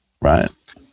right